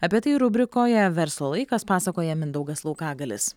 apie tai rubrikoje verslo laikas pasakoja mindaugas laukagalis